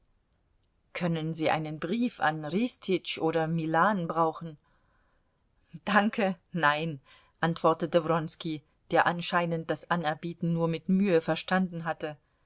können sie einen brief an ristitsch oder milan brauchen danke nein antwortete wronski der anscheinend das anerbieten nur mit mühe verstanden hatte